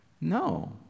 No